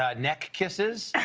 ah neck kisses.